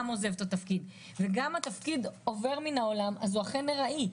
עוזב את התפקיד וגם התפקיד עובר מן העולם אז הוא אכן ארעי,